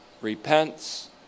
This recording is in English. repents